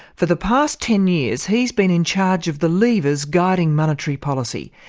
for the past ten years he's been in charge of the levers guiding monetary policy,